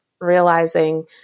realizing